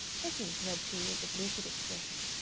hetty, who had periods of lucid expression,